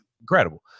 incredible